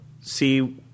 see